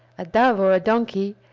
a dove or a donkey,